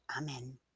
amen